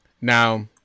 Now